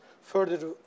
further